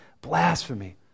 blasphemy